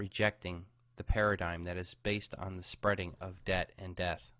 rejecting the paradigm that is based on the spreading of death and death